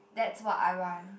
that's what I want